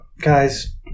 Guys